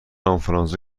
آنفولانزا